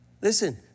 Listen